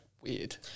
weird